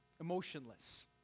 emotionless